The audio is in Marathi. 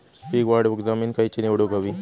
पीक वाढवूक जमीन खैची निवडुक हवी?